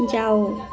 ଯାଅ